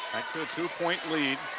to a two-point lead.